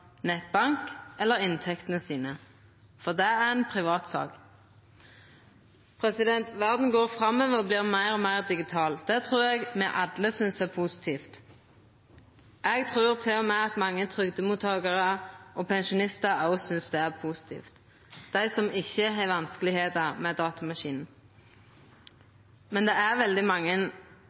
nettbank eller om inntektene sine, for det er ei privatsak. Verda går framover og vert meir og meir digital. Det trur eg me alle synest er positivt. Eg trur til og med at mange trygdemottakarar og pensjonistar òg synest det er positivt – dei som ikkje har vanskar med datamaskinen. Men det er veldig mange